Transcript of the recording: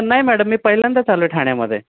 नाही मॅडम मी पहिल्यांदाच आलो आहे ठाण्यामध्ये